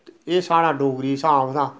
एह् साढ़ा डोगरी स्हाब हा